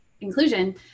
inclusion